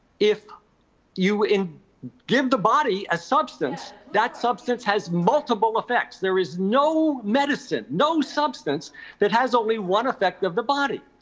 if you give the body a substance, that substance has multiple effects. there is no medicine, no substance that has only one effect of the body.